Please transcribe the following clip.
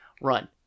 run